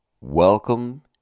Welcome